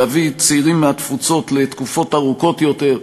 להביא צעירים מהתפוצות לתקופות ארוכות יותר,